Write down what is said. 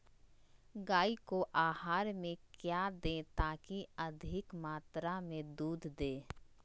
गाय को आहार में क्या दे ताकि अधिक मात्रा मे दूध दे?